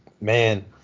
Man